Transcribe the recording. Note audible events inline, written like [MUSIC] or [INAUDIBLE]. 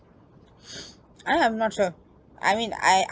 [NOISE] I I'm not sure I mean I